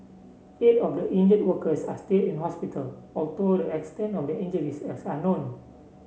eight of the injured workers are still in hospital although the extent of their injuries is unknown